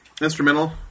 instrumental